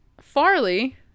Farley